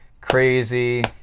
crazy